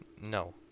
No